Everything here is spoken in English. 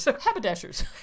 haberdashers